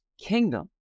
kingdom